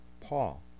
Paul